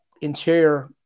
interior